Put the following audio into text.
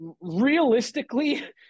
realistically